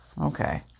Okay